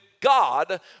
God